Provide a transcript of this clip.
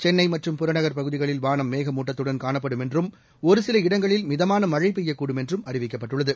சென்னை மற்றும் புறநகர் பகுதிகளில் வானம் மேகமூட்டத்துடன் காணப்படும் என்றும் ஒரு சில இடங்களில் மிதமான மழை பெய்யக்கூடும் என்றும் அறிவிக்கப்பட்டுள்ளது